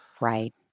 Right